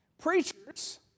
Preachers